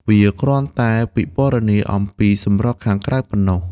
វាគ្រាន់តែពិពណ៌នាអំពីសម្រស់ខាងក្រៅប៉ុណ្ណោះ។